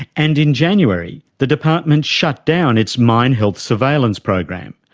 and in january the department shut down its mine health surveillance program,